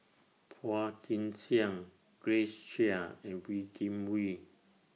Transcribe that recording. Phua Kin Siang Grace Chia and Wee Kim Wee